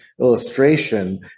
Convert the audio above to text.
illustration